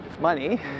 money